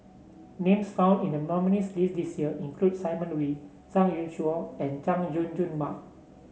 names found in the nominees' list this year include Simon Wee Zhang Youshuo and Chay Jung Jun Mark